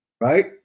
right